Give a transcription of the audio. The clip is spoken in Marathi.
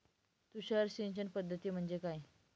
तुषार सिंचन पद्धती म्हणजे काय?